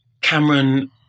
Cameron